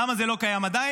למה זה לא קיים עדיין?